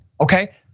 okay